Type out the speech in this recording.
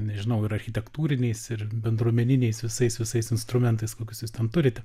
nežinau ir architektūriniais ir bendruomeniniais visais visais instrumentais kokius jūs ten turite